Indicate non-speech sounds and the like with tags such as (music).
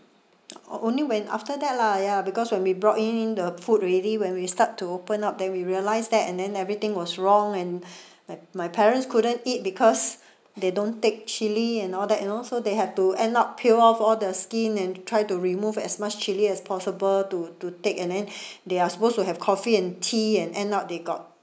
(noise) on~ only when after that lah ya because when we brought in the food already when we start to open up then we realise that and then everything was wrong and (breath) my my parents couldn't eat because they don't take chilli and all that you know so they have to end up peel off all the skin and try to remove as much chilli as possible to to take and then (breath) they are supposed to have coffee and tea and end up they got